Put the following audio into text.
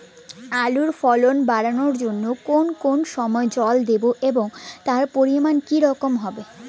আলুর ফলন বাড়ানোর জন্য কোন কোন সময় জল দেব এবং তার পরিমান কি রকম হবে?